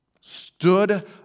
Stood